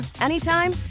anytime